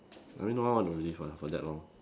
I think no one want to live ah for that long